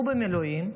הוא במילואים,